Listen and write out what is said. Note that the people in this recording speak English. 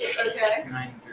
Okay